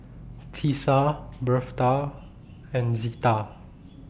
Tisa Birtha and Zita